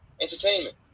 entertainment